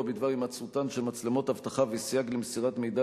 בדבר הימצאותן של מצלמות אבטחה וסייג למסירת מידע,